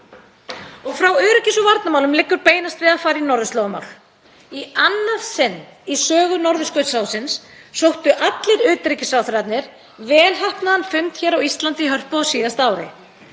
Frá öryggis- og varnarmálum liggur beinast við að fara í norðurslóðamál. Í annað sinn í sögu Norðurskautsráðsins sóttu allir utanríkisráðherrarnir vel heppnaðan fund hér á Íslandi í Hörpu á síðasta ári.